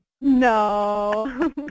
No